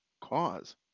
cause